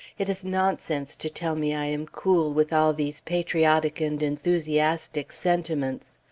it is nonsense to tell me i am cool, with all these patriotic and enthusiastic sentiments.